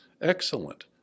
excellent